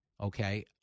okay